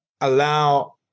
allow